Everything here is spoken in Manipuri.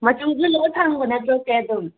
ꯃꯆꯨꯁꯨ ꯂꯣꯏꯅ ꯐꯪꯕ ꯅꯠꯇ꯭ꯔꯦ ꯆꯦ ꯑꯗꯨꯝ